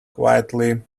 quietly